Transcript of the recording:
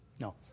No